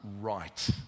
right